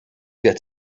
get